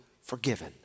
forgiven